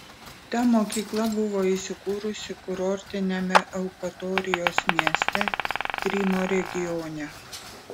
ta mokykla buvo įsikūrusi kurortiniame eupatorijos mieste krymo regione